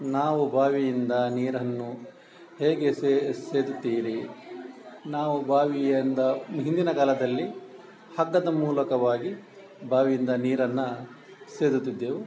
ನಾವು ಬಾವಿಯಿಂದ ನೀರನ್ನು ಹೇಗೆ ಸೇದುತ್ತೀರಿ ನಾವು ಬಾವಿಯಿಂದ ಹಿಂದಿನ ಕಾಲದಲ್ಲಿ ಹಗ್ಗದ ಮೂಲಕವಾಗಿ ಬಾವಿಯಿಂದ ನೀರನ್ನು ಸೇದುತ್ತಿದ್ದೆವು